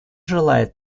желает